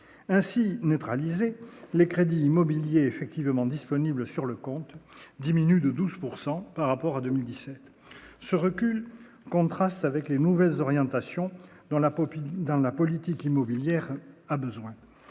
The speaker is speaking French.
ainsi neutraliser les crédits immobiliers effectivement disponibles sur le compte, diminue de 12 pourcent par rapport à 2010, ce recul contraste avec les nouvelles orientations dans la pop dans la politique immobilière a besoin